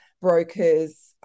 brokers